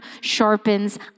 sharpens